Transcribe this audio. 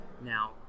Now